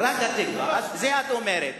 רק "התקווה", זה מה שאת אומרת.